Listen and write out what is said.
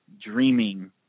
dreaming